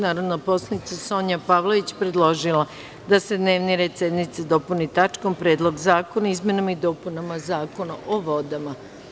Narodna poslanica Sonja Pavlović predložila je da se dnevni red sednice dopuni tačkom – Predlog zakona o izmenama i dopunama Zakona o vodama.